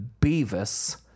Beavis